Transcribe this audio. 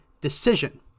decision